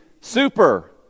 super